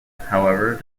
however